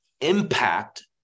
impact